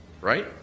right